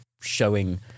showing